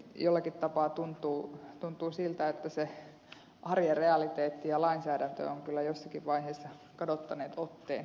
jollakin tapaa tuntuu siltä että se arjen realiteetti ja lainsäädäntö ovat kyllä jossakin vaiheessa kadottaneet otteen toisistaan